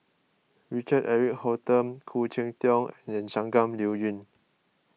Richard Eric Holttum Khoo Cheng Tiong and Shangguan Liuyun